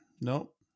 Nope